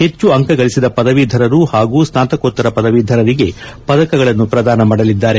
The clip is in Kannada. ಹೆಚ್ಚು ಅಂಕಗಳಿಸಿದ ಪದವೀಧರರು ಪಾಗೂ ಸ್ನಾಶಕೋತ್ತರ ಪದವೀಧರರಿಗೆ ಪದಕಗಳನ್ನು ಪ್ರದಾನ ಮಾಡಲಿದ್ದಾರೆ